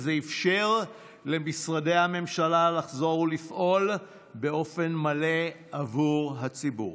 וזה אפשר למשרדי הממשלה לחזור ולפעול באופן מלא עבור הציבור.